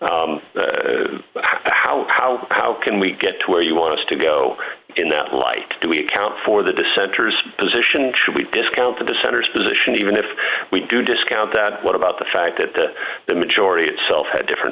how how how can we get to where you want us to go in that light do we account for the dissenters position should we discount the dissenters position even if we do discount that what about the fact that the majority itself had different